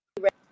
red